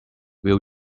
will